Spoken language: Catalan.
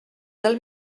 del